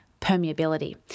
permeability